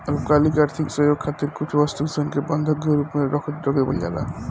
अल्पकालिक आर्थिक सहयोग खातिर कुछ वस्तु सन के बंधक के रूप में रख देवल जाला